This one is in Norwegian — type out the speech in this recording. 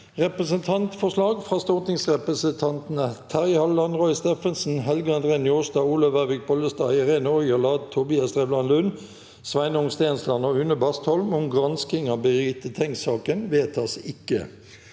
Representantforslag fra stortingsrepresentantene Terje Halleland, Roy Steffensen, Helge André Njåstad, Olaug Vervik Bollestad, Irene Ojala, Tobias Drevland Lund, Sveinung Stensland og Une Bastholm om gransking av Birgitte Tengssaken – vedtas ikke.